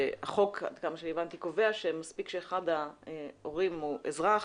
והחוק עד כמה שאני הבנתי קובע שמספיק שאחד ההורים הוא אזרח